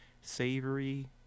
savory